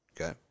Okay